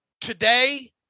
today